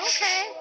Okay